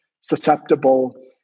susceptible